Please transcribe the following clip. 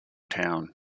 town